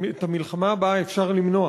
את המלחמה הבאה אפשר למנוע.